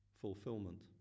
fulfillment